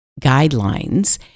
guidelines